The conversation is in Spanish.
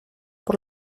por